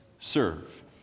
serve